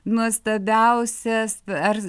nuostabiausias ar